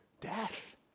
death